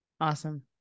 Awesome